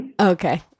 Okay